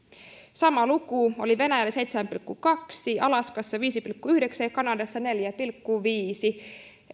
sama luku oli venäjällä seitsemän pilkku kaksi alaskassa viisi pilkku yhdeksän ja kanadassa neljä pilkku viisi